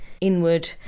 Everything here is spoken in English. inward